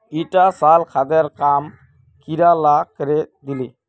ईटा साल खादेर काम कीड़ा ला करे दिले